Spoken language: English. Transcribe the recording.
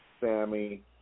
Sammy